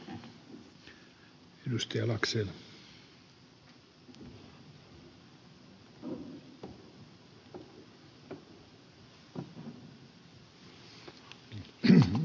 arvoisa herra puhemies